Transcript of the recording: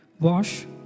Wash